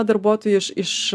darbuotojui iš iš